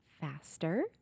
faster